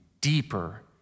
deeper